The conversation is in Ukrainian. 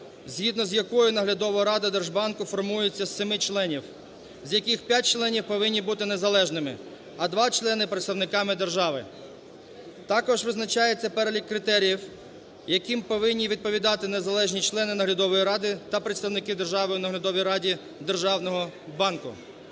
згідно з якою наглядова рада держбанку формується з 7 членів, з яких 5 членів повинні бути незалежними, а 2 члени – представниками держави. Також визначається перелік критеріїв, яким повинні відповідати незалежні члени наглядової ради та представники держави у наглядовій раді державного